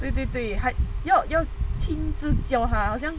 对对对还要要亲自叫他